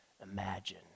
imagine